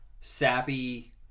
sappy